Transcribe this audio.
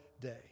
day